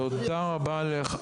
תודה רבה לחברת הכנסת.